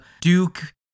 Duke